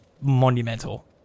monumental